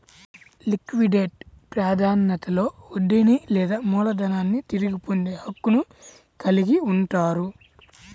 liquidate ప్రాధాన్యతలో వడ్డీని లేదా మూలధనాన్ని తిరిగి పొందే హక్కును కలిగి ఉంటారు